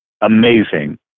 amazing